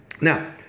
Now